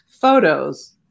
photos